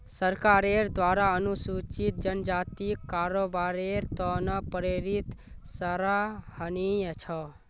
सरकारेर द्वारा अनुसूचित जनजातिक कारोबारेर त न प्रेरित सराहनीय छ